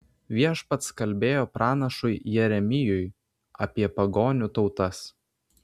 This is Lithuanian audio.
viešpats kalbėjo pranašui jeremijui apie pagonių tautas